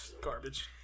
garbage